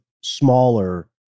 smaller